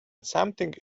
something